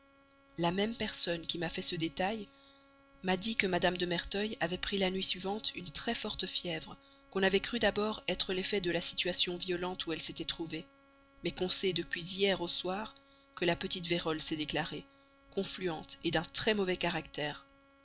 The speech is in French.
la même personne qui m'a fait ce détail m'a dit que mme de merteuil avait pris la nuit suivante une très forte fièvre qu'on avait cru d'abord être l'effet de la situation violente où elle s'était trouvée mais qu'on sait depuis hier au soir que la petite vérole s'est déclarée confluente d'un très mauvais caractère